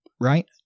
Right